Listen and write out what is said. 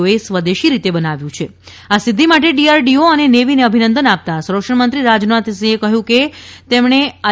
ઓએ સ્વદેશી રીતે બનાવ્યું છે આ સિદ્ધિ માટે ડિઆરડીઓ અને નેવીને અભિનંદન આપતા સરક્ષણ મત્રી રાજનાથ સિંહં કહ્યુ કે તેમને આઇ